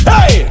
Hey